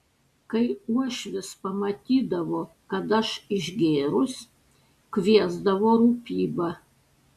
kai uošvis pamatydavo kad aš išgėrus kviesdavo rūpybą